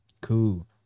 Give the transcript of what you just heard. cool